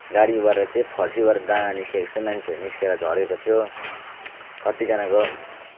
गाडीबाट चाहिँ फर्सीबाट दाना निस्के जस्तै मान्छेहरू निस्किएर झरेका थियो कतिजनाको